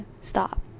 stop